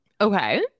Okay